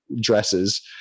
dresses